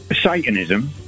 Satanism